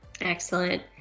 Excellent